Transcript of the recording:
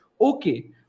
Okay